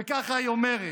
וככה היא אומרת,